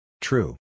True